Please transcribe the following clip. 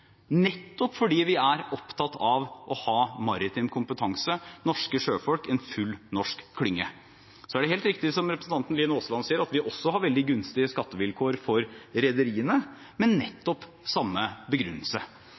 nettopp fordi vi er opptatt av å ha maritim kompetanse, norske sjøfolk, en full norsk klynge. Det er helt riktig som representanten Aasland sier, at vi også har veldig gunstige skattevilkår for rederiene – med nettopp samme begrunnelse.